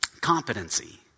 competency